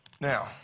Now